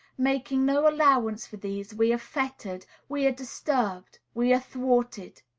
making no allowance for these, we are fettered, we are disturbed, we are thwarted.